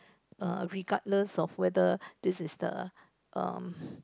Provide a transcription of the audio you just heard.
err regardless of whether this is the um